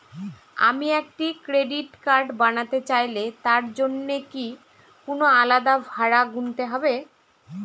আমি একটি credit card বানাতে চাইলে তার জন্য কি কোনো আলাদা ভাড়া গুনতে হবে?